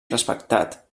respectat